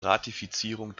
ratifizierung